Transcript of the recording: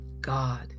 God